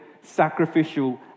sacrificial